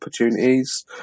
opportunities